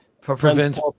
prevents